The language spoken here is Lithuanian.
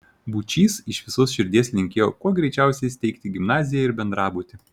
būčys iš visos širdies linkėjo kuo greičiausiai steigti gimnaziją ir bendrabutį